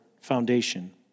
foundation